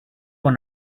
one